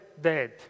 dead